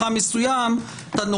יכול להיות שמשרד הפנים יטען: אנחנו לא